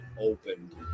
opened